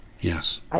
Yes